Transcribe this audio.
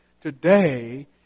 today